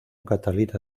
catalina